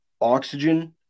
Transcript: oxygen